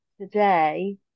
today